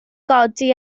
godi